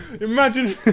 imagine